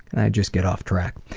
and i just get off track.